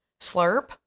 Slurp